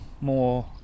more